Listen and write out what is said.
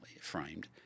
framed